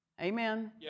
amen